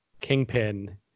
Kingpin